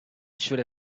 should